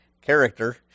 character